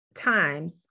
times